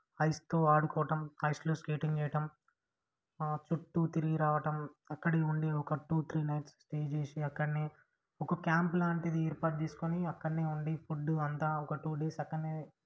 ఐస్తో ఆడుకోవటం ఐస్లో స్కేటింగ్ చేయటం చుట్టూ తిరిగి రావటం అక్కడే ఉండి two three days nights stay చేసి అక్కడనే ఒక క్యాంపు లాంటిది ఏర్పాటు చేసి అక్కడనే ఉండి ఫుడ్డు అంతా ఒక టూ డేస్ అక్కడనే